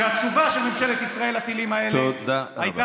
והתשובה של ממשלת ישראל לטילים האלה הייתה